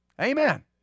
Amen